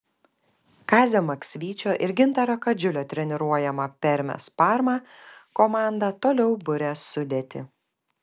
kazio maksvyčio ir gintaro kadžiulio treniruojama permės parma komanda toliau buria sudėtį